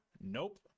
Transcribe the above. Nope